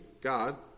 God